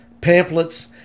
pamphlets